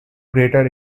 greater